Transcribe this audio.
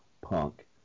punk